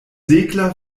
segler